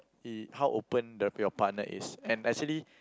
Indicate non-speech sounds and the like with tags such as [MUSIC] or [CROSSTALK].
[NOISE] how open the your partner is and actually